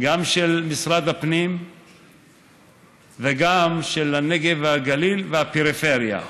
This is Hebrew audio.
גם של משרד הפנים וגם של הנגב והגליל והפריפריה.